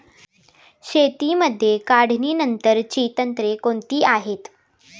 शेतीमध्ये काढणीनंतरची तंत्रे कोणती आहेत?